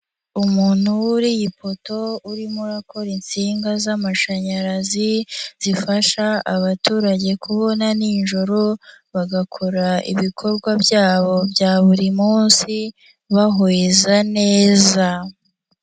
Umuntu wuriye ipoto urimo urakora insinga z'amashanyarazi, zifasha abaturage kubona nijoro, bagakora ibikorwa byabo bya buri munsi, bahweza neza.